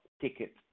ticket